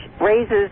raises